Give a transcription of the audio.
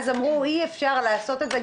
אז אמרו שאי אפשר לעשות את זה,